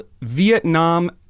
Vietnam